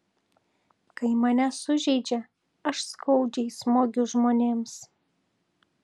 kai mane sužeidžia aš skaudžiai smogiu žmonėms